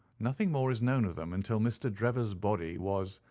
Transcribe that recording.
nothing more is known of them until mr. drebber's body was,